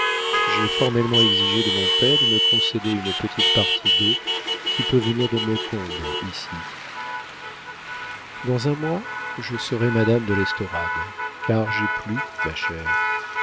j'ai formellement exigé de mon père de me concéder une petite partie d'eau qui peut venir de maucombe ici dans un mois je serai madame de l'estorade car j'ai plu ma chère